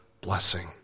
blessing